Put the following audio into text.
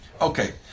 Okay